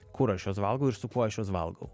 kur aš juos valgau ir su kuo aš juos valgau